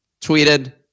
tweeted